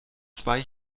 zwei